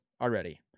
already